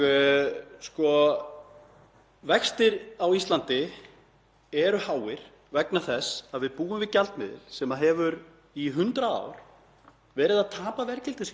verið að tapa verðgildi sínu og heldur bara áfram að tapa verðgildi sínu ár eftir ár okkur, sem fáum greitt í þessari mynt, til skaða.